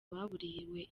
baburiwe